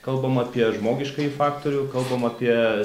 kalbam apie žmogiškąjį faktorių kalbam apie